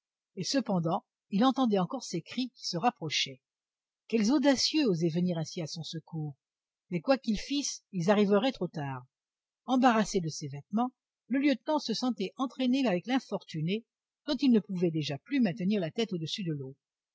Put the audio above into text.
et cependant il entendait encore ces cris qui se rapprochaient quels audacieux osaient venir ainsi à son secours mais quoi qu'ils fissent ils arriveraient trop tard embarrassé de ses vêtements le lieutenant se sentait entraîné avec l'infortunée dont il ne pouvait déjà plus maintenir la tête audessus de l'eau